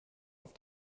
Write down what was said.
auf